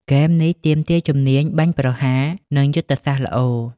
ហ្គេមនេះទាមទារជំនាញបាញ់ប្រហារ និងយុទ្ធសាស្ត្រល្អ។